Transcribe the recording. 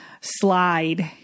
slide